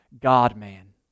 God-man